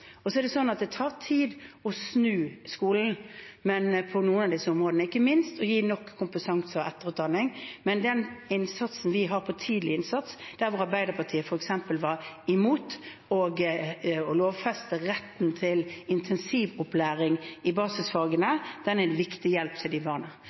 Så er det sånn at det tar tid å snu skolen på noen av disse områdene, ikke minst å gi nok kompetanse og etterutdanning, men den innsatsen vi har på tidlig innsats, der Arbeiderpartiet f.eks. var imot å lovfeste retten til intensivopplæring i basisfagene, er en viktig hjelp til disse barna.